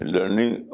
Learning